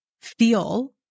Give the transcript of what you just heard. feel